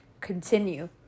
continue